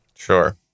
Sure